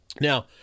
Now